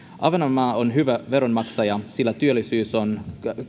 ahvenanmaa on hyvä veronmaksaja sillä työllisyys on